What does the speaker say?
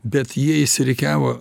bet jie išsirikiavo